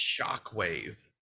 shockwave